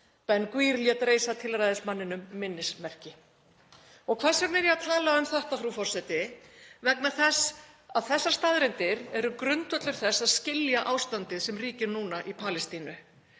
Ben-Gvir lét reisa tilræðismanninum minnismerki. Hvers vegna er ég að tala um þetta, frú forseti? Vegna þess að þessar staðreyndir eru grundvöllur þess að skilja ástandið sem ríkir núna í Palestínu.